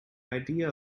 idea